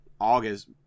August